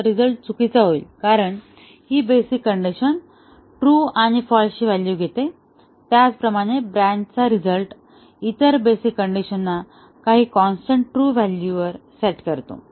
तर रिझल्ट चुकीचा होईल कारण ही बेसिक कंडिशन ट्रू आणि फाल्सची व्हॅलू घेते त्याचप्रमाणे ब्रँचचा रिझल्ट इतर बेसिक कंडिशनना काही कॉन्स्टन्ट ट्रू व्हॅल्यूवर सेट करतो